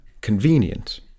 convenient